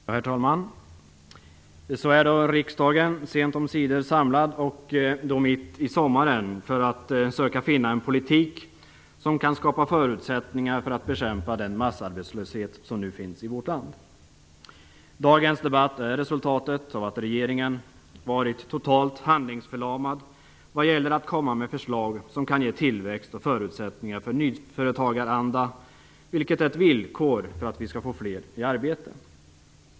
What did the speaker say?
Herr talman! Så är då riksdagen, sent omsider, samlad - och då mitt i sommaren - för att söka finna en politik som kan skapa förutsättningar för att bekämpa den massarbetslöshet som nu finns i vårt land. Dagens debatt är resultatet av att regeringen varit totalt handlingsförlamad vad gäller att komma med förslag som kan ge tillväxt och förutsättningar för nyföretagaranda vilket är ett villkor för att vi skall få fler i arbete.